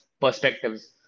perspectives